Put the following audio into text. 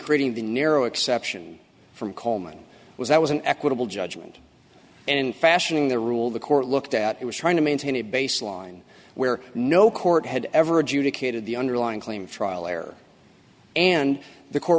the narrow exception from coleman was that was an equitable judgment and fashioning the rule the court looked at it was trying to maintain a baseline where no court had ever adjudicated the underlying claim trial error and the court